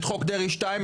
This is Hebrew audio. את חוק דרעי 2,